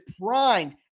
primed